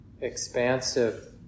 expansive